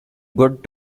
good